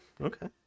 okay